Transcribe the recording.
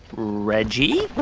reggie?